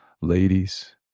ladies